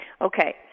Okay